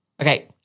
Okay